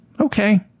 okay